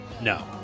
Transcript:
No